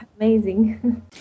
amazing